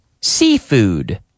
seafood